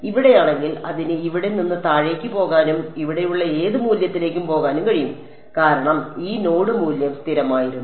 ഇവിടെയാണെങ്കിൽ അതിന് ഇവിടെ നിന്ന് താഴേക്ക് പോകാനും ഇവിടെയുള്ള ഏത് മൂല്യത്തിലേക്കും പോകാനും കഴിയും കാരണം ഈ നോഡ് മൂല്യം സ്ഥിരമായിരുന്നു